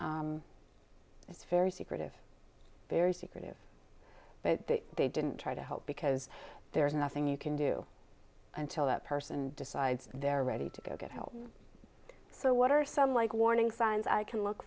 it's very secretive very secretive but they didn't try to help because there is nothing you can do until that person decides they're ready to go get help so what are some like warning signs i can look